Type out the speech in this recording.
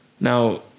Now